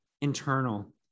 internal